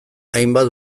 hainbat